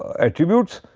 attributes.